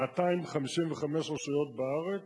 255 רשויות בארץ,